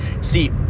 see